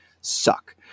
suck